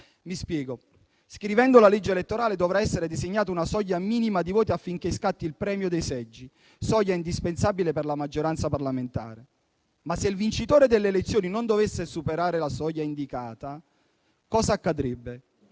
Vi spiego: scrivendo la legge elettorale dovrà essere designata una soglia minima di voti affinché scatti il premio dei seggi, soglia indispensabile per la maggioranza parlamentare. Se però il vincitore delle elezioni non dovesse superare la soglia indicata, cosa accadrebbe?